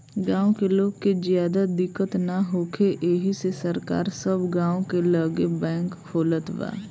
गाँव के लोग के ज्यादा दिक्कत ना होखे एही से सरकार सब गाँव के लगे बैंक खोलत बा